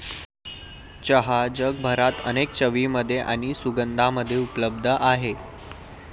चहा जगभरात अनेक चवींमध्ये आणि सुगंधांमध्ये उपलब्ध आहे